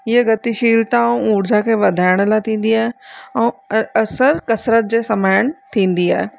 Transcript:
इअं गतिशीतलाऊं ऊर्जा खे वधाइण लाइ थींदी आहे ऐं असल कसरत जे समाइण थींदी आहे